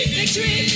victory